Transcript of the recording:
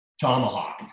tomahawk